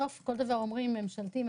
כל דבר אומרים "ממשלתי",